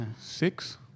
six